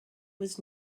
was